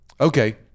Okay